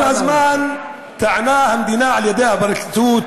כל הזמן טענה המדינה על-ידי הפרקליטות